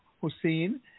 Hussein